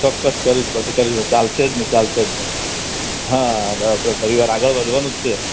ચોક્કસ કરવી જ પડશે કરવી જ પડશે ચાલશે જ નહીં ચાલશે જ નહીં હા ફરીવાર આપણે આગળ વધવાનું જ છે